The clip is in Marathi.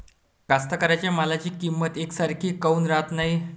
कास्तकाराइच्या मालाची किंमत यकसारखी काऊन राहत नाई?